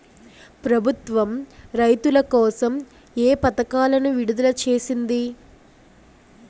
ప్రభుత్వం రైతుల కోసం ఏ పథకాలను విడుదల చేసింది?